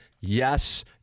yes